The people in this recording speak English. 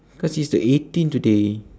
cause it's the eighteen today